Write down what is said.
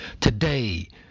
Today